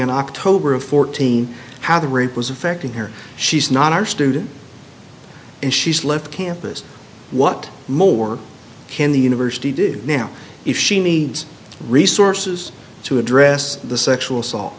in october of fourteen how the rape was affecting her she's not our student and she's left campus what more can the university do now if she needs resources to address the sexual assault